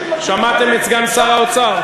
שמעתם את סגן שר האוצר?